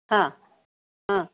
हां हां